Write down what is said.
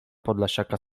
podlasiaka